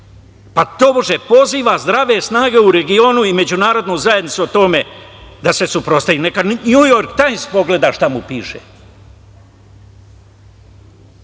Pa tobože poziva zdrave snage u regionu i međunarodnu zajednicu tome da se suprotstavi. Neka „Njujork Tajms“ pogleda šta mu piše. Ovi